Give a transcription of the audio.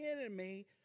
enemy